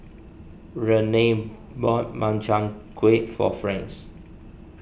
Renea bought Makchang Gui for Franz